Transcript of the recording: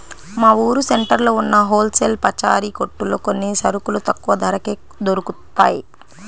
మా ఊరు సెంటర్లో ఉన్న హోల్ సేల్ పచారీ కొట్టులో అన్ని సరుకులు తక్కువ ధరకే దొరుకుతయ్